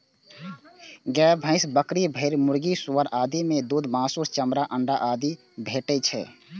गाय, भैंस, बकरी, भेड़, मुर्गी, सुअर आदि सं दूध, मासु, चमड़ा, अंडा आदि भेटै छै